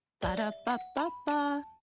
Ba-da-ba-ba-ba